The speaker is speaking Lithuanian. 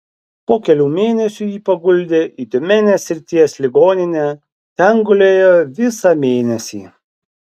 po kelių mėnesių jį paguldė į tiumenės srities ligoninę ten gulėjo visą mėnesį